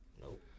Nope